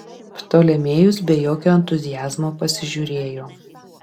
ptolemėjus be jokio entuziazmo pasižiūrėjo